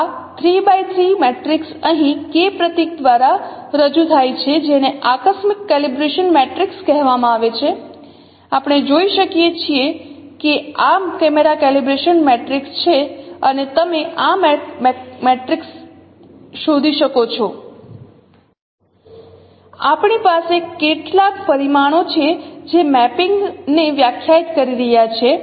તેથી આ 3 x 3 matrix અહીં K પ્રતીક દ્વારા રજૂ થાય છે જેને આકસ્મિક કેલિબ્રેશન મેટ્રિક્સ કહેવામાં આવે છે આપણે જોઈ શકીએ છે કે આ કેમેરા કેલિબ્રેશન મેટ્રિક્સ છે અને તમે આ મેટ્રિક્સ શોધી શકો છો આપણી પાસે કેટલાક પરિમાણો છે જે મેપિંગને વ્યાખ્યાયિત કરી રહ્યા છે